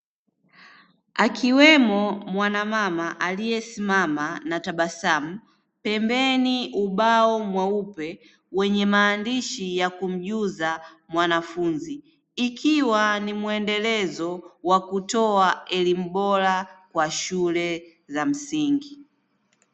Akiwemo mwanamama aliyesimama na tabasamu, pembeni ubao mweupe wenye maandishi ya kumjuza mwanafunzi, ikiwa ni muendelezo wa kutoa elimu bora kwa shule za msingi.